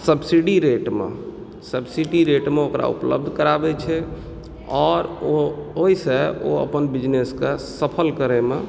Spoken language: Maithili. सब्सिडी रेटमे सब्सिडी रेटमे ओकरा उपलब्ध कराबय छै आओर ओ ओहिसँ ओ अपन बिजनेसके सफल करयमे